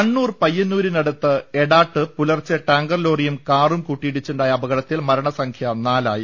കണ്ണൂർ പയ്യന്നൂരിനടുത്ത് എടാട്ട് പുലർച്ചെ ടാങ്കർ ലോറിയും കാറും കൂട്ടി യിടിച്ചുണ്ടായ അപകടത്തിൽ മരണസംഖ്യ നാലായി